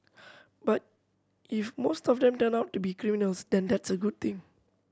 but if most of them turn out to be criminals then that's a good thing